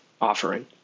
offering